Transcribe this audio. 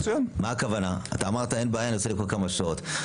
ביקשת לקרוא כמה שעות.